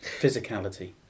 physicality